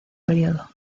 período